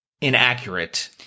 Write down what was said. inaccurate